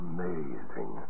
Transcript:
amazing